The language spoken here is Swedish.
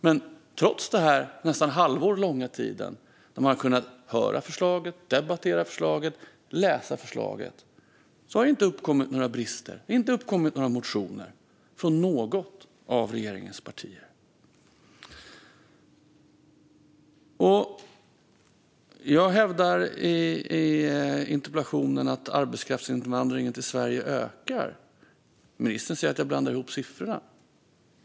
Men trots den nästan halvårslånga tiden, då man har kunnat höra, debattera och läsa förslaget, har det inte väckts några motioner från något av den nuvarande regeringens partier om brister. Jag hävdar i interpellationen att arbetskraftsinvandringen ökar. Ministern säger att jag blandar ihop siffrorna.